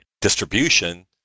distribution